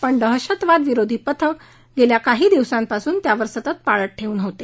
पण दहशतवाद विरोधी पथक गेल्या काही दिवसांपासून त्याच्यावर सतत पाळत ठेऊन होते